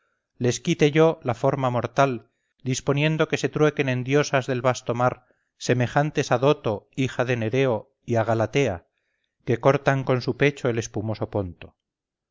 les quite yo la forma mortal disponiendo que se truequen en diosas del vasto mar semejantes a doto hija de nereo y a galatea que cortan con su pecho el espumoso ponto